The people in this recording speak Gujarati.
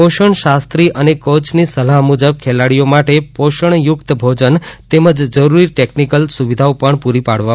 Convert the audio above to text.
પોષણશાસ્ત્રી અને કોચની સલાહ મુજબ ખેલાડીઓ માટે પોષણયુક્ત ભોજન તેમજ જરૂરી ટેકનિકલ સુવિધાઓ પણ પુરી પાડવામાં આવશે